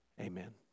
Amen